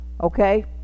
okay